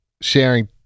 sharing